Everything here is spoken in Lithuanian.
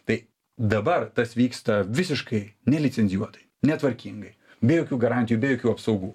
tai dabar tas vyksta visiškai nelicenzijuotai netvarkingai be jokių garantijų be jokių apsaugų